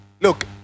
Look